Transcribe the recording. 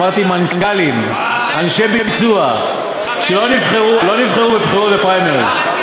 אמרתי מנכ"לים, אנשי ביצוע, שלא נבחרו בפריימריז.